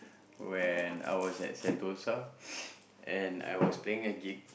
when I was at Sentosa and I was playing a gig